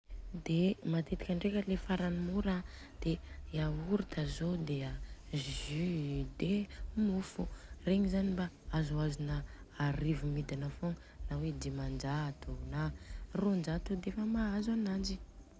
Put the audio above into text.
De matetika ndreka le farany mora de yaourt zô an, jus i, de mofo regny zany mba azoazona arivo midina fogna, na hoe dimanjato na rônjato defa mahazo ananjy